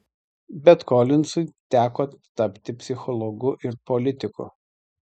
bet kolinzui teko tapti psichologu ir politiku